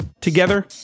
Together